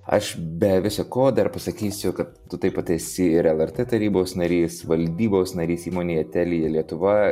aš be viso ko dar pasakysiu kad tu taip pat esi ir lrt tarybos narys valdybos narys įmonėje telia lietuva